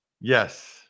Yes